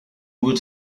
would